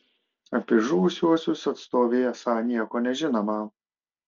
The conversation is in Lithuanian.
apie žuvusiuosius atstovei esą nieko nežinoma